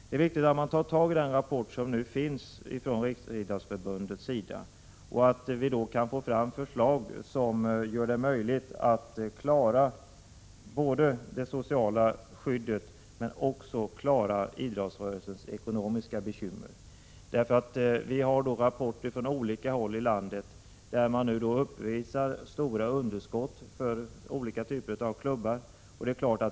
Det är viktigt att man tar tag i den rapport som riksidrottsförbundet har lämnat. Vi kan då få fram förslag som gör det möjligt att klara både det sociala skyddet och idrottsrörelsens ekonomiska bekymmer. I rapporter från olika håll i landet uppvisas stora underskott för olika typer av klubbar.